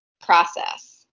process